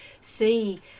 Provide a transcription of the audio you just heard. see